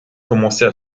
commençait